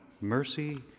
mercy